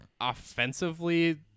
offensively